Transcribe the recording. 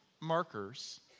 markers